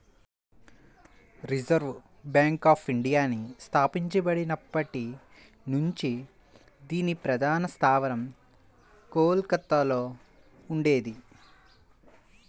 reserve bank of ఇండియాని స్థాపించబడినప్పటి నుంచి దీని ప్రధాన స్థావరం కోల్కతలో ఉండేది